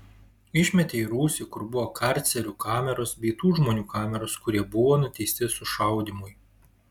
išmetė į rūsį kur buvo karcerių kameros bei tų žmonių kameros kurie buvo nuteisti sušaudymui